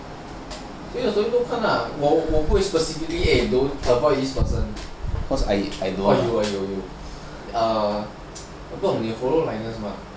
谁的 story 都看 lah 我不会 specifically eh avoid this person um 有啊有啊有 err 我不懂你有 follow linus mah